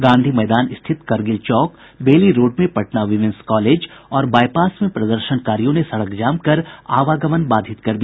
गांधी मैदान स्थित Kargil Chowk Bailey road में Patna women's college और बाईपास में प्रदर्शनकारियों ने सड़क जाम कर आवागमन बाधित कर दिया